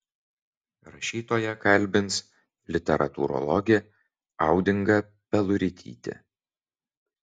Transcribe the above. rašytoją kalbins literatūrologė audinga peluritytė